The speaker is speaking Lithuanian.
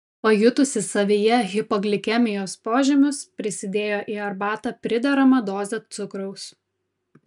pajutusi savyje hipoglikemijos požymius prisidėjo į arbatą prideramą dozę cukraus